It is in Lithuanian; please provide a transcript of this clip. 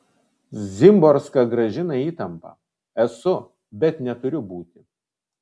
szymborska grąžina įtampą esu bet neturiu būti